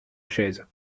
chaise